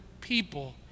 people